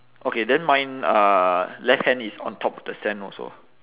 okay then mine uh left hand is on top of the sand also